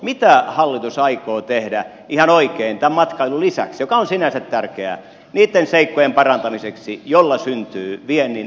mitä hallitus aikoo tehdä ihan oikein tämän matkailun lisäksi joka on sinänsä tärkeää niitten seikkojen parantamiseksi joilla syntyy viennin edellytyksiä suomelle